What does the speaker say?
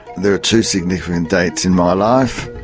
there are two significant dates in my life.